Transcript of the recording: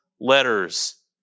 letters